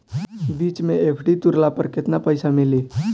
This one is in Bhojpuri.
बीच मे एफ.डी तुड़ला पर केतना पईसा मिली?